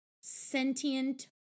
Sentient